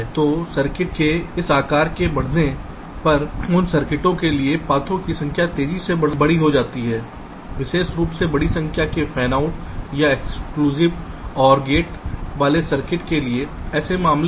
तो सर्किट के इस आकार के बढ़ने पर उन सर्किटों के लिए पथों की संख्या तेजी से बड़ी हो जाती है विशेष रूप से बड़ी संख्या में फैन आउट या एक्सक्लूसिव ऒर गेट्स वाले सर्किटों के लिए ऐसे मामले होते हैं